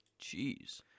Jeez